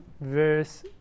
verse